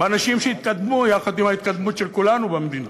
באנשים שהתקדמו יחד עם ההתקדמות של כולנו במדינה.